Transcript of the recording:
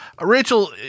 Rachel